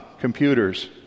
computers